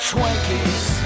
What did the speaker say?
Twinkies